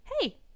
Hey